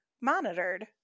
monitored